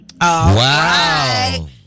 Wow